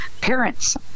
parents